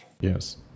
Yes